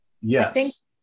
Yes